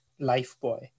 Lifeboy